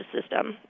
system